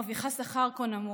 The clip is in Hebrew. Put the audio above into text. מרוויחה שכר כה נמוך,